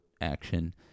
action